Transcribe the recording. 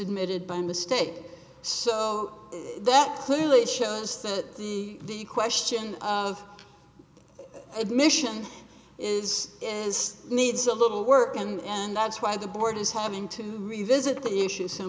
admitted by mistake so that clearly shows that the the question of admission is just needs a little work and that's why the board is having to revisit the issue so